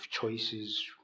choices